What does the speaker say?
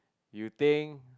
you think